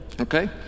Okay